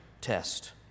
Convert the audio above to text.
test